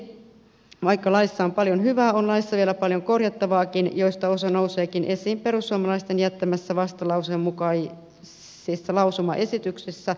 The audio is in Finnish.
lopuksi vaikka laissa on paljon hyvää on laissa vielä paljon korjattavaakin josta osa nouseekin esiin perussuomalaisten jättämissä vastalauseen mukaisissa lausumaesityksissä